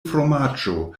fromaĝo